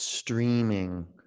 Streaming